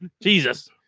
Jesus